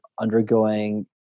undergoing